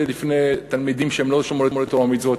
לפני תלמידים שהם לא שומרי תורה ומצוות,